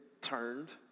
turned